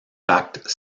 pacte